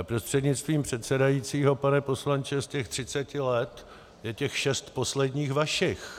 Prostřednictvím předsedajícího pane poslanče, z těch třiceti let je těch šest posledních vašich.